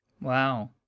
Wow